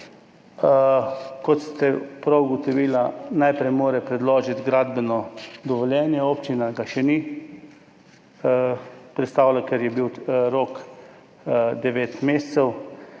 Kot ste prav ugotovili, najprej mora predložiti gradbeno dovoljenje, občina ga še ni predstavila, ker je bil rok devet mesecev.